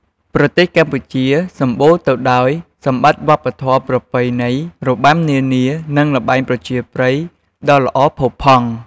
ប្រទេសកម្ពុជាសម្បូរទៅដោយសម្បត្តិវប្បធម៌ ប្រពៃណី របាំនានា និងល្បែងប្រជាប្រិយ ដ៏ល្អផូផង់។